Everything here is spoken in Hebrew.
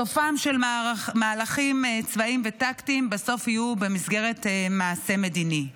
סופם של מהלכים צבאיים וטקטיים בסוף יהיה במסגרת מעשה מדיני.